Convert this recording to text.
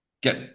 get